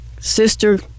sister